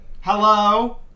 hello